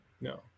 No